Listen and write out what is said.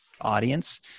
audience